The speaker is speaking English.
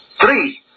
three